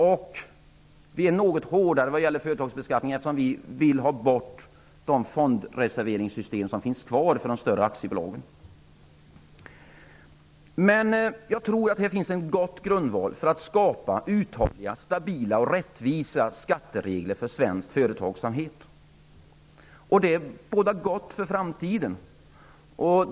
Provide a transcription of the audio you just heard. Vänsterpartiet är något hårdare vad gäller företagsbeskattningen, eftersom vi vill ha bort de fondreserveringssystem som finns kvar för de större aktiebolagen. Jag tror att det här finns en god grundval för att skapa uthålliga, stabila och rättvisa skatteregler för svensk företagsamhet. Det bådar gott för framtiden.